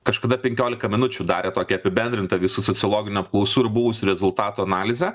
kažkada penkiolika minučių darė tokį apibendrintą visų sociologinių apklausų ir buvusių rezultatų analizę